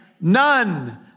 None